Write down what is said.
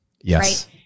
Yes